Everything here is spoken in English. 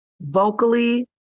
vocally